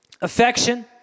Affection